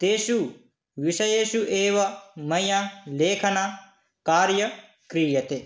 तेषु विषयेषु एव मया लेखनकार्यं क्रियते